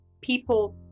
people